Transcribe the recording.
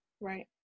Right